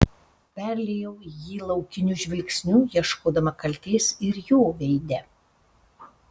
perliejau jį laukiniu žvilgsniu ieškodama kaltės ir jo veide